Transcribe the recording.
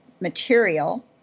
material